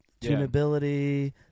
tunability